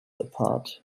apart